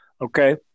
Okay